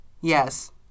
Yes